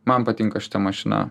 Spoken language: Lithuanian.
man patinka šita mašina